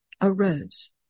arose